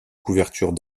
couvertures